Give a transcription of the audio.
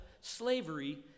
slavery